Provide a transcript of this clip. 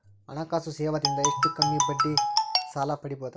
ಹಣಕಾಸು ಸೇವಾ ದಿಂದ ಎಷ್ಟ ಕಮ್ಮಿಬಡ್ಡಿ ಮೇಲ್ ಸಾಲ ಪಡಿಬೋದ?